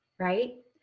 right?